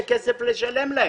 גם לא יהיה כסף לשלם להם.